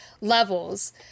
levels